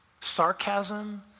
Sarcasm